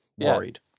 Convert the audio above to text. worried